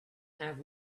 have